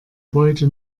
beute